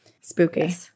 Spooky